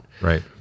Right